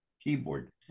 keyboard